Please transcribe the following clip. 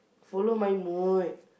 follow my mood